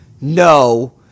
no